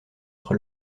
entre